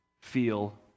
feel